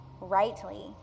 rightly